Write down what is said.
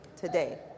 today